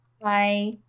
Bye